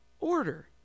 Order